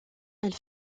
elle